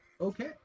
Okay